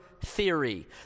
theory